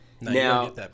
Now